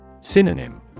Synonym